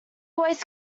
always